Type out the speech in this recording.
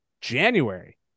January